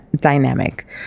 dynamic